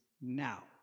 now